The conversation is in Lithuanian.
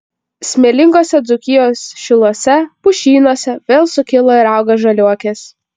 smėlinguose dzūkijos šiluose pušynuose vėl sukilo ir auga žaliuokės